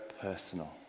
personal